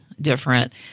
different